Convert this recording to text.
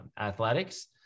athletics